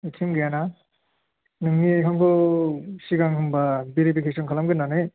ATM गैया ना नोंनि एकाउन्टखौ सिगां होनब्ला भेरिपिकेसन खालामगोरनानै